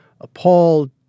appalled